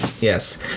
Yes